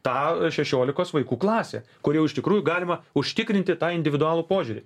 tą šešiolikos vaikų klasę kur jau iš tikrųjų galima užtikrinti tą individualų požiūrį